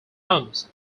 palms